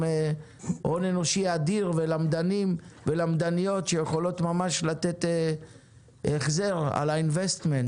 הם הון אנושי אדיר ולמדנים ולמדניות שיכולים ממש לתת החזר על ההשקעה,